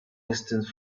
distance